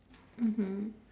mmhmm